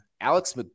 Alex